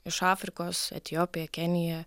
iš afrikos etiopija kenija